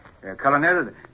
Colonel